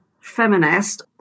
feminist